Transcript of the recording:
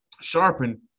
Sharpen